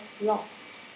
lost